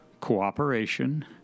cooperation